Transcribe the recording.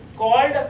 called